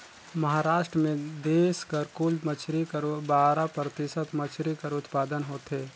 महारास्ट में देस कर कुल मछरी कर बारा परतिसत मछरी कर उत्पादन होथे